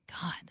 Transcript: god